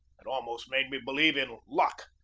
it almost made me believe in luck.